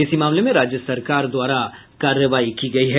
इसी मामले में राज्य सरकार द्वारा कार्रवाई की गयी है